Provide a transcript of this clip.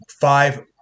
five